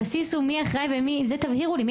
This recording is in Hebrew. הבסיס הוא מי אחראי ומי מממן, תבהירו לי את זה.